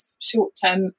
short-term